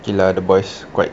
okay lah the boys quite